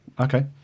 Okay